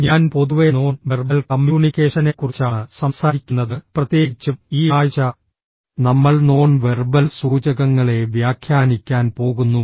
ഞാൻ പൊതുവെ non verbal കമ്മ്യൂണിക്കേഷനെക്കുറിച്ചാണ് സംസാരിക്കുന്നത് പ്രത്യേകിച്ചും ഈ ആഴ്ച നമ്മൾ നോൺ വെർബൽ സൂചകങ്ങളെ വ്യാഖ്യാനിക്കാൻ പോകുന്നു